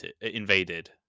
invaded